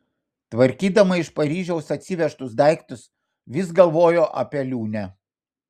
tvarkydama iš paryžiaus atsivežtus daiktus vis galvojo apie liūnę